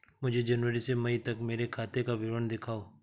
मुझे जनवरी से मई तक मेरे खाते का विवरण दिखाओ?